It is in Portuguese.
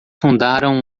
fundaram